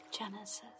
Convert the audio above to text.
Genesis